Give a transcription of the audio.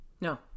no